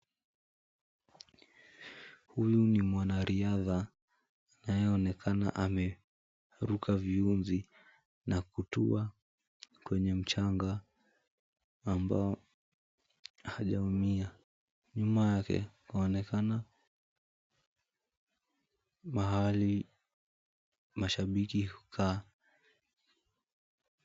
Huyu ni mwanariadha anayeonekana amaeruka viunzi na kutua kwenye mchanga ambao hajumia. Nyuma yake paonekana mahali mashabiki hukaa.